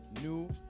new